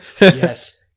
yes